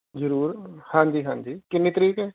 ਜ਼ਰੂਰ ਹਾਂਜੀ ਹਾਂਜੀ ਕਿੰਨੀ ਤਰੀਕ ਹੈ